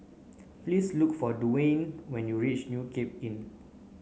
please look for Duwayne when you reach New Cape Inn